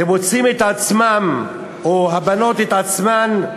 ומוצאים את עצמם, או הבנות את עצמן,